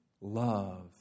love